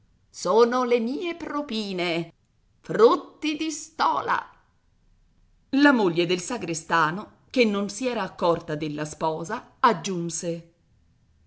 sono le mie propine frutti di stola la moglie del sagrestano che non si era accorta della sposa aggiunse